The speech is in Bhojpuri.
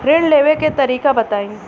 ऋण लेवे के तरीका बताई?